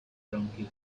tranquil